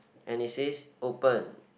and it says open